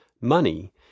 money